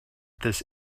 this